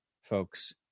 Folks